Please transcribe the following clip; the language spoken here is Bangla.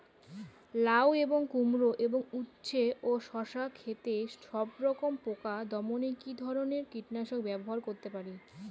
লাউ এবং কুমড়ো এবং উচ্ছে ও শসা ক্ষেতে সবরকম পোকা দমনে কী ধরনের কীটনাশক ব্যবহার করতে পারি?